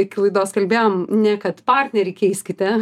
iki laidos kalbėjom ne kad partnerį keiskite